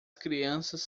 crianças